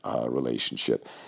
relationship